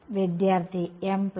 വിദ്യാർത്ഥി m plus